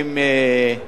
באמת,